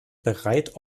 bereit